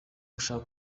gushaka